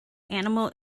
animal